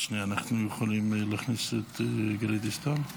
חברת הכנסת הרכבי, בבקשה.